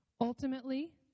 Ultimately